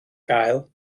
gael